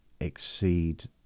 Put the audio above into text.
exceed